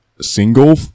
single